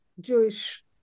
Jewish